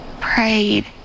prayed